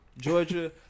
Georgia